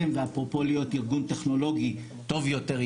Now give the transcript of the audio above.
ואפרופו להיות ארגון טכנולוגי טוב יותר,